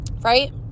right